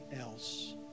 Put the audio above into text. else